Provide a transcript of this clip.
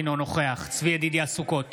אינו נוכח צבי ידידיה סוכות